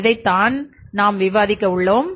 அதை தான் நாம் விவாதிக்க உள்ளோம்